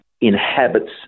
inhabits